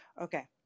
Okay